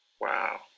Wow